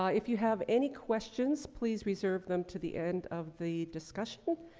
ah if you have any questions, please reserve them to the end of the discussion.